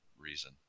reason